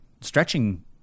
stretching